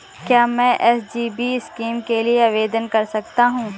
क्या मैं SGB scheme के लिए आवेदन कर सकता हूँ?